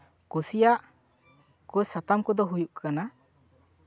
ᱠᱩᱥᱤᱭᱟᱜ ᱠᱚ ᱥᱟᱛᱟᱢ ᱠᱚᱫᱚ ᱦᱩᱭᱩᱜ ᱠᱟᱱᱟ